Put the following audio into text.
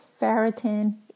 ferritin